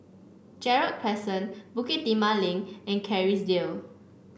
Gerald Crescent Bukit Timah Link and Kerrisdale